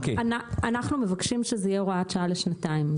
אנחנו מבקשים שזאת תהיה הוראת שעה לשנתיים.